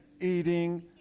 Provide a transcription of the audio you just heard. eating